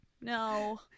No